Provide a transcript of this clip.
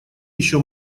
еще